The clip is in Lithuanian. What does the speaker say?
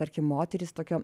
tarkim moterys tokio